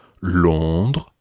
Londres